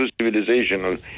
civilizational